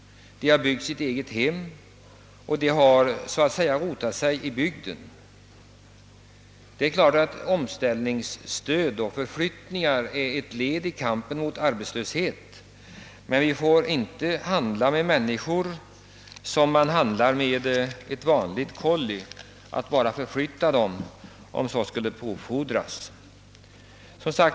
De har byggt sina egnahem och så att säga rotat sig i bygden. Omställningsstöd och förflyttningar är naturligtvis ett led i kampen mot arbetslösheten, men vi får inte behandla människor som kollin och bara förflytta dem.